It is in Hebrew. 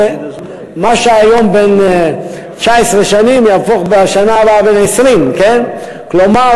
שמה שהיום בן 19 שנים יהפוך בשנה הבאה בן 20. כלומר,